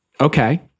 okay